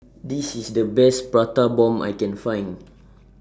This IS The Best Prata Bomb I Can Find